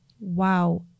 wow